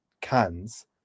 cans